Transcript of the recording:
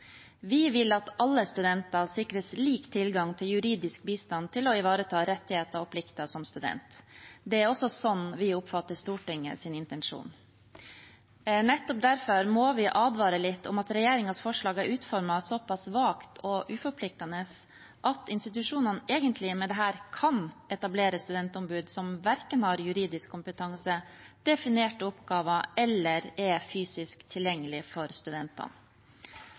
Vi vil at alle studenter sikres lik tilgang til juridisk bistand til å ivareta rettigheter og plikter som student. Det er også sånn vi oppfatter Stortingets intensjon. Nettopp derfor må vi advare litt om at regjeringens forslag er utformet såpass svakt og uforpliktende at institusjonene egentlig med dette kan etablere studentombud som verken har juridisk kompetanse, definerte oppgaver eller er fysisk tilgjengelig for studentene.